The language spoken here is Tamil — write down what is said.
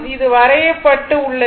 இது வரையப்பட்டு உள்ளது